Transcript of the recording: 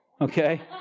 Okay